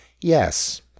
Yes